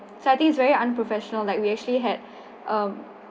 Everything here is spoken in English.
so I think it's very unprofessional like we actually had um